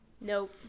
Nope